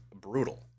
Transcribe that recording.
brutal